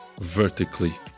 vertically